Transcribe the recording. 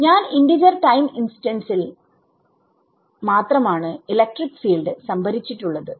ഞാൻ integer time ഇൻസ്റ്റൻസിൽമാത്രം ആണ് ഇലക്ട്രിക് ഫീൽഡ് സംഭരിച്ചിട്ടുള്ളത്